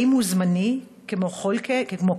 האם הוא זמני, כמו כל קן,